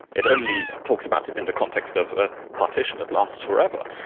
it only talks about it in the context of ah partition that lasts forever.